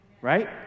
right